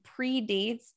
predates